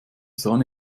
sahne